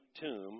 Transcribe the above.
tomb